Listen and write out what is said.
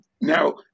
Now